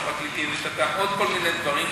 ועוד כל מיני דברים.